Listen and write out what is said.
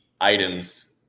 items